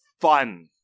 fun